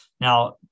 Now